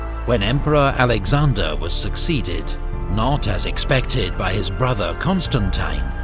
when emperor alexander was succeeded not, as expected, by his brother constantine,